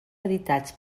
editats